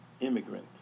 immigrant